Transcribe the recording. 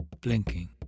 Blinking